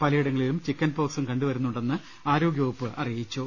പല യിടങ്ങളിലും ചിക്കൻപോക്സും കണ്ടുവരുന്നുണ്ടെന്ന് ആരോഗ്യവകുപ്പ് അറിയിച്ചു